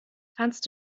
kannst